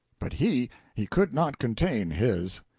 but he he could not contain his.